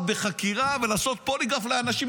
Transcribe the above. לפתוח בחקירה ולעשות פוליגרף לאנשים.